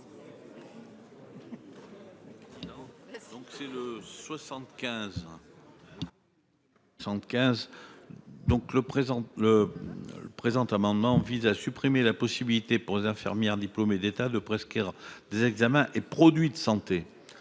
Donc le. Le. Présent amendement vise à supprimer la possibilité pour les infirmières diplômées d'État de prescrire des examens et produits de santé.